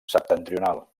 septentrional